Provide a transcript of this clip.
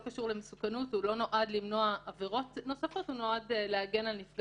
לא נועדה למנוע עבירות נוספות אלא נועדה להגן על נפגע